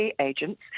agents